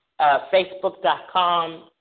facebook.com